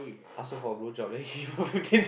ask her for a blowjob then you fifteen